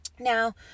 Now